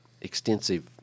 extensive